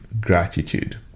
gratitude